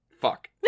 Fuck